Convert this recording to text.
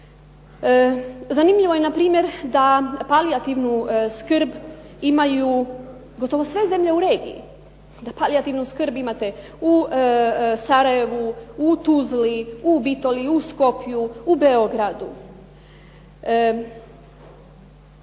Zanimljivo je npr. da palijativnu skrb imaju gotovo sve zemlje u regiji, da palijativnu skrb imate u Sarajevu, u Tuzli, u Vitoli, u Skopju, u Beogradu.